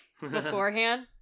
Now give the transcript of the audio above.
beforehand